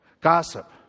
gossip